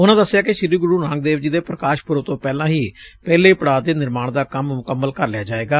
ਉਨੂਾਂ ਦਸਿਆ ਕਿ ਸ੍ੀ ਗੁਰੂ ਨਾਨਕ ਦੇਵ ਜੀ ਦੇ ਪ੍ਕਾਸ਼ ਪੁਰਬ ਤੋਂ ਪਹਿਲਾਂ ਹੀ ਪਹਿਲੇ ਪੜਾਅ ਦੇ ਨਿਰਮਾਣ ਦਾ ਕੰਮ ਮੁਕੰਮਲ ਕਰ ਲਿਆ ਜਾਏਗਾ